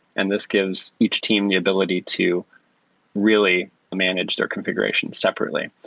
and this gives each team the ability to really manage their configuration separately.